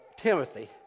Timothy